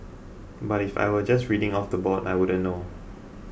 but if I were just reading it off the board I wouldn't know